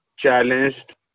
challenged